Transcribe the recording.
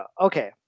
Okay